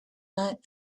night